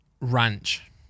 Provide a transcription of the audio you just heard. Ranch